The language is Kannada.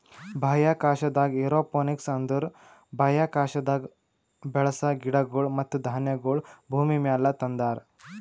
ಬಾಹ್ಯಾಕಾಶದಾಗ್ ಏರೋಪೋನಿಕ್ಸ್ ಅಂದುರ್ ಬಾಹ್ಯಾಕಾಶದಾಗ್ ಬೆಳಸ ಗಿಡಗೊಳ್ ಮತ್ತ ಧಾನ್ಯಗೊಳ್ ಭೂಮಿಮ್ಯಾಗ ತಂದಾರ್